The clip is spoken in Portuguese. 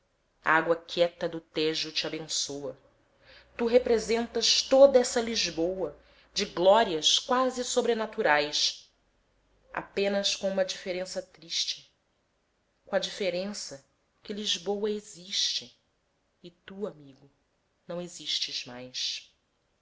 água quieta do tejo te abençoa tu representas toda essa lisboa de glórias quase sobrenaturais apenas com uma diferença triste com a diferença que lisboa existe e tu amigo não existes mais